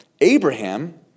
Abraham